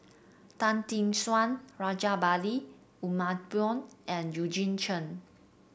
Tan Tee Suan Rajabali Jumabhoy and Eugene Chen